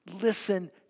Listen